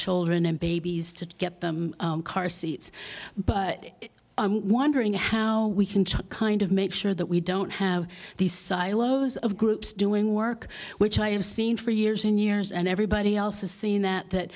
children and babies to get them car seats but i'm wondering how we can chalk kind of make sure that we don't have these silos of groups doing work which i have seen for years in years and everybody else has seen that that